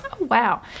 Wow